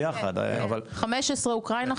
חמש עשרה אוקראינה,